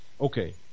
Okay